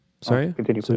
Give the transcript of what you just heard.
sorry